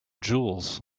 jewels